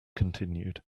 continued